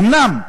"אומנם,